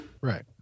Right